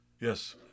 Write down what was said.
Yes